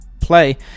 play